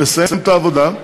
לסיים את העבודה,